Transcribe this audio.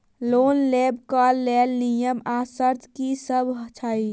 Loan लेबऽ कऽ लेल नियम आ शर्त की सब छई?